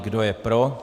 Kdo je pro?